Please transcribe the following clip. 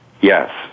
Yes